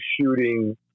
shooting